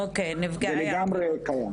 זה לגמרי קיים.